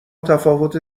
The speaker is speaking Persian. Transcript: تفاوت